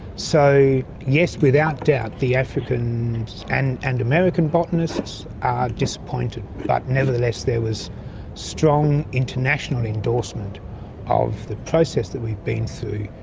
yes, without doubt the african and and american botanists are disappointed, but nevertheless there was strong international endorsement of the process that we've been through,